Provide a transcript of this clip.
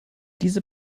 diese